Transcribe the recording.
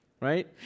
right